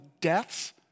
deaths